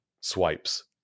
swipes